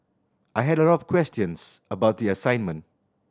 I had a lot of questions about the assignment